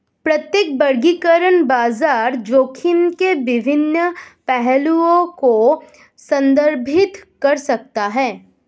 प्रत्येक वर्गीकरण बाजार जोखिम के विभिन्न पहलुओं को संदर्भित कर सकता है